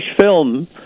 film